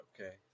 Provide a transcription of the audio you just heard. Okay